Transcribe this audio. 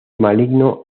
maligno